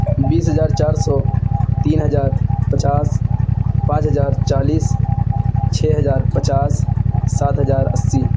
بیس ہزار چار سو تین ہزار پچاس پانچ ہزار چالیس چھ ہزار پچاس سات ہزار اسی